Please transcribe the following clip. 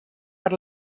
per